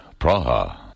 Praha